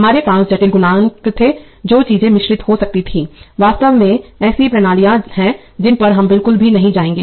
हमारे पास जटिल गुणांक थे जो चीजें मिश्रित हो सकती थीं वास्तव में ऐसी प्रणालियां हैं जिन पर हम बिल्कुल भी नहीं जाएंगे